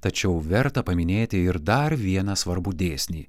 tačiau verta paminėti ir dar vieną svarbų dėsnį